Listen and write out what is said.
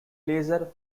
laser